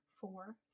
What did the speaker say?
Four